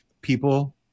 people